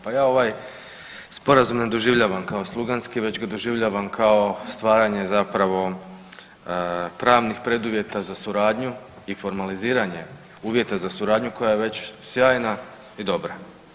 Pa ja ovaj Sporazum ne doživljavam kao sluganski već ga doživljavam kao stvaranje zapravo pravnih preduvjeta za suradnju i formaliziranje uvjeta za suradnju koja je već sjajna i dobra.